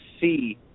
see